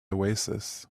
oasis